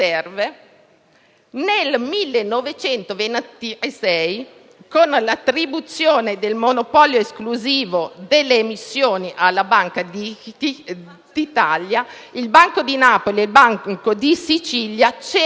nel 1926, con l'attribuzione del monopolio esclusivo delle emissioni alla Banca di Italia, il Banco di Napoli e il Banco di Sicilia hanno